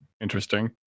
interesting